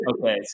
Okay